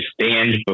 stand